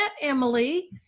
Emily